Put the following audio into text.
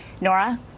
Nora